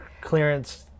clearance